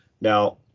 Now